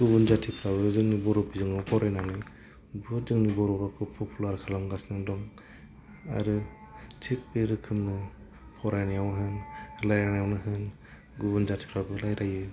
गुबुन जातिफ्राबो जोंनि बर' बिजोङाव फरायनानै गोबां जोंनि रावखौ पपुलार खालामगासिनो दं आरो थिग बे रोखोमनो फरायनायावनो होन रायज्लायनायावनो होन गुबुन जातिफ्राबो रायज्लायो